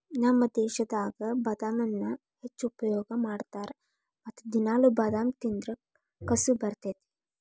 ನಮ್ಮ ದೇಶದಾಗ ಬಾದಾಮನ್ನಾ ಹೆಚ್ಚು ಉಪಯೋಗ ಮಾಡತಾರ ಮತ್ತ ದಿನಾಲು ಬಾದಾಮ ತಿಂದ್ರ ಕಸು ಬರ್ತೈತಿ